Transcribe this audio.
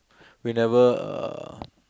we never uh